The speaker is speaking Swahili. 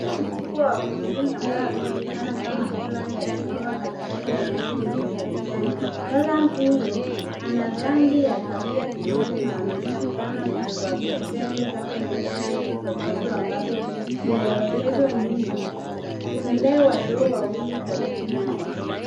Mnyama mkubwa wa porini ambaye anaonekana kama eland akisimama katikati ya nyasi ndefu za kijani. Eland huyu ana rangi ya kahawia kijivu na anajulikana kwa pembe zake ndefu zilizosokotwa ambazo zimeelekezwa nyuma. Kuna ndege wadogo wawili karibu naye.